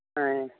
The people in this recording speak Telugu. ఆయ్